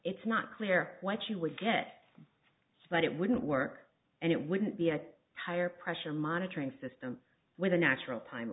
it's not clear what you would get but it wouldn't work and it wouldn't be a higher pressure monitoring system with a natural time